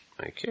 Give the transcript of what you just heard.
Okay